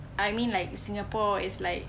I mean like singapore is like